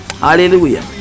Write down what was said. hallelujah